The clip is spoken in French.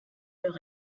leur